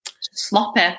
sloppy